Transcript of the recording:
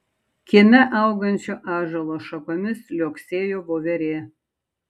kieme augančio ąžuolo šakomis liuoksėjo voverė